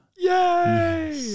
Yay